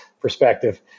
perspective